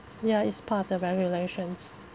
ya it's part of the regulations